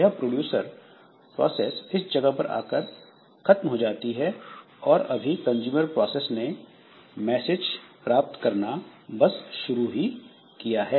यह producer process इस जगह पर आकर खत्म हो जाती है और अभी कंजूमर प्रोसेस ने मैसेज प्राप्त करना बस शुरू ही किया है